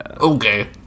Okay